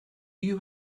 you